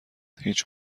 هیچ